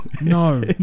no